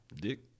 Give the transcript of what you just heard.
Dick